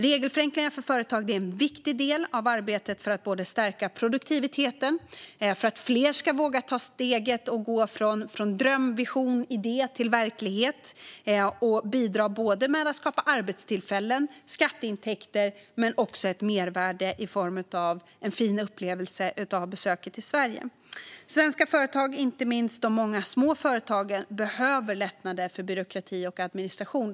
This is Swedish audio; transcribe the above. Regelförenklingar för företag är en viktig del av arbetet med att stärka produktiviteten och att fler ska våga ta steget och gå från dröm, vision och idé till verklighet. Företagen bidrar då med att skapa arbetstillfällen, skatteintäkter och ett mervärde i form av en fin upplevelse av besök i Sverige. Svenska företag - inte minst de många små företagen - behöver lättnader i byråkratin och administrationen.